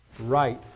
right